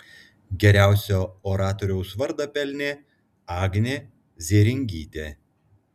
geriausio oratoriaus vardą pelnė agnė zėringytė